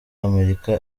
america